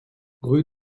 rue